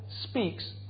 speaks